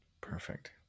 Perfect